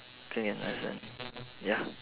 K understand ya